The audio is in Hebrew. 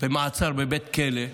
במעצר בבית כלא,